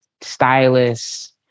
stylists